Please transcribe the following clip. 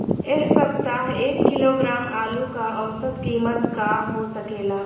एह सप्ताह एक किलोग्राम आलू क औसत कीमत का हो सकेला?